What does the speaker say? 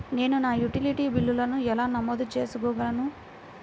నేను నా యుటిలిటీ బిల్లులను ఎలా నమోదు చేసుకోగలను?